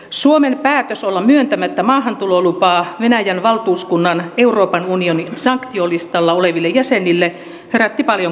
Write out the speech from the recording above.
suomen päätös olla myöntämättä maahantulolupaa venäjän valtuuskunnan euroopan unionin sanktiolistalla oleville jäsenille herätti paljon keskustelua